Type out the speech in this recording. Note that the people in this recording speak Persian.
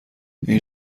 این